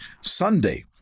Sunday